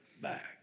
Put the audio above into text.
back